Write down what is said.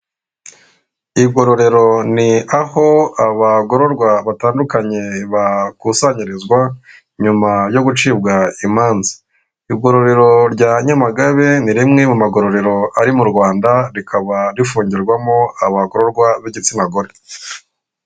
Igororero ni aho abagororwa batandukanye bakusanyirizwa, nyuma yo gucibwa imanza. Igororero rya Nyamagabe ni rimwe mu magororero ari mu Rwanda, rikaba rifungirwamo abagororwa b'igitsina gore.